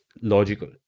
logical